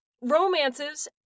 Romances